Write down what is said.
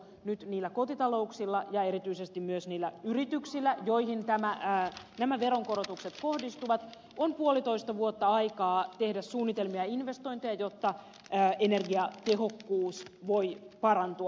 nyt niillä kotitalouksilla ja erityisesti myös niillä yrityksillä joihin nämä veronkorotukset kohdistuvat on puolitoista vuotta aikaa tehdä suunnitelmia ja investointeja jotta energiatehokkuus voi parantua